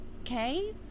Okay